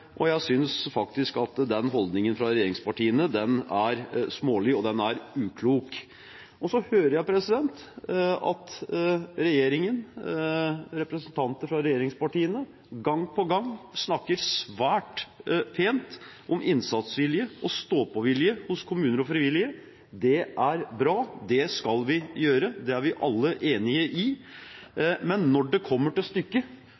Jeg synes faktisk at den holdningen fra regjeringspartiene er smålig, og den er uklok. Jeg hører at representanter fra regjeringspartiene gang på gang snakker svært pent om innsatsvilje og stå-på-vilje hos kommuner og frivillige. Det er bra. Det skal vi ha. Det er vi alle enige om. Men når det kommer til stykket,